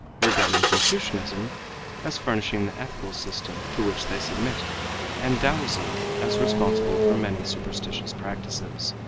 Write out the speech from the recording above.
regarding confucianism as furnishing the ethical system to which they submit and taoism as responsible for many superstitious practices.